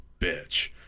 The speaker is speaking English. bitch